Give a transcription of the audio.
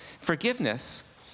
Forgiveness